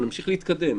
שנמשיך להתקדם.